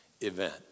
event